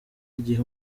igihe